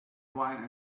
wine